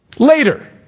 Later